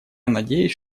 надеюсь